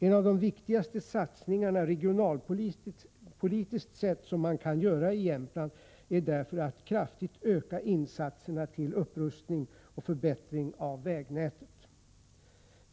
En av de viktigaste satsningar regionalpolitiskt sett som man kan göra i Jämtland är därför att kraftigt öka insatserna till upprustning och förbättring av vägnätet.